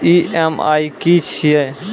EMI की छिये?